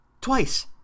twice